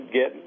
get